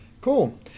cool